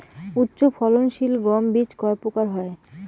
উচ্চ ফলন সিল গম বীজ কয় প্রকার হয়?